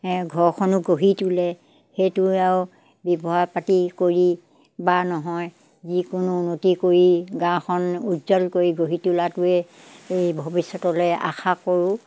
ঘৰখনো গঢ়ি তোলে সেইটোৱেও ব্যৱসায় পাতি কৰি বা নহয় যিকোনো উন্নতি কৰি গাঁওখন উজ্জ্বল কৰি গঢ়ি তোলাটোৱে এই ভৱিষ্যতলৈ আশা কৰোঁ